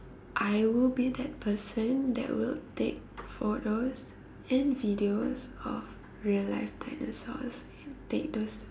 I will be that person that will take photos and videos of real life dinosaurs and take those